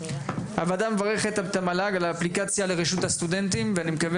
הוועדה מברכת את המל"ג על האפליקציה לרשות הסטודנטים ואני מקווה